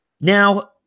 Now